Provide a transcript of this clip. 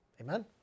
Amen